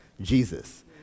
jesus